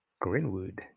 greenwood